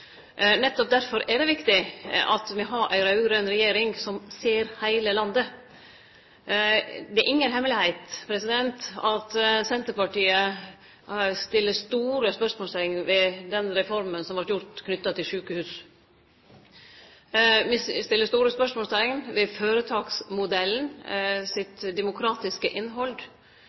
Nettopp derfor er det viktig at me har ei raud-grøn regjering som ser heile landet. Det er inga hemmelegheit at Senterpartiet set store spørsmålsteikn ved den reforma som vart gjord, knytt til sjukehus. Me set store spørsmålsteikn ved det demokratiske innhaldet i føretaksmodellen,